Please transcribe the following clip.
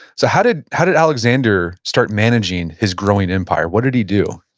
so how did how did alexander start managing his growing empire? what did he do?